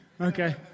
Okay